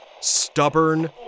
stubborn